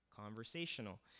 conversational